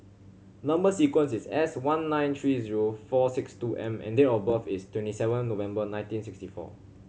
number sequence is S one nine three zero four six two M and date of birth is twenty seven November nineteen sixty four